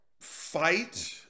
fight